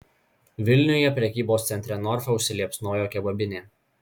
vilniuje prekybos centre norfa užsiliepsnojo kebabinė